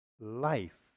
life